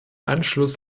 anschluss